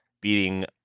beating